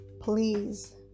please